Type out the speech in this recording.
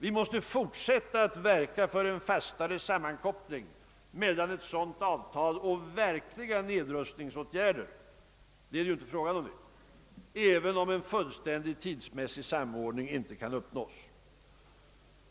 Vi måste fortsätta att verka för en fastare sammankoppling mellan ett sådant avtal och verkliga nedrustningsåtgärder — det är det inte fråga om nu även om en fullständig tidsmässig samordning inte kan uppnås.